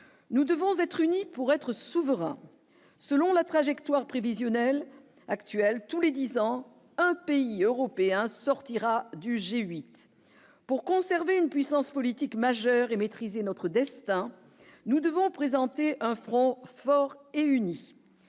nous devons être unis pour être souverain selon la trajectoire prévisionnelle tous les 10 ans, un pays européen sortira du G8 pour conserver une puissance politique majeur et maîtriser notre destin nous devons présenter un franc fort et uni